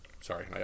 Sorry